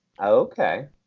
okay